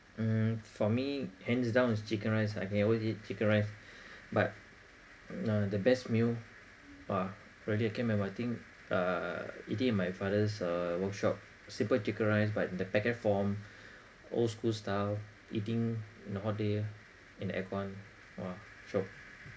mm for me hands down is chicken rice I can always eat chicken rice but uh the best meal !wah! really I can't but I think uh eating at my father's uh workshop simple chicken rice but the packet form old school style eating in a hot day in aircon !wah! shiok